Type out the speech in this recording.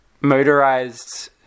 motorized